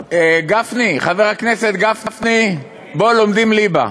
גפני, חבר הכנסת גפני, בוא, לומדים ליבה.